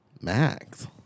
max